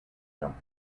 jumped